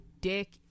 dick